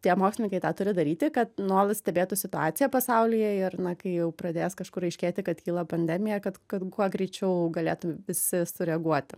taip to tie mokslininkai tą turi daryti kad nuolat stebėtų situaciją pasaulyje ir na kai jau pradės kažkur aiškėti kad kyla pandemija kad kad kuo greičiau galėtų visi sureaguoti